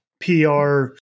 PR